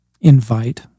invite